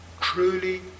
truly